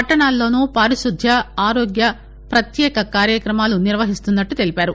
పట్టణాల్లోనూ పారిశుద్ద్య ఆరోగ్య ప్రత్యేక కార్యక్రమాలను నిర్వహిస్తున్నామని చెప్పారు